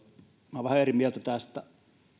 olen vähän eri mieltä tästä kun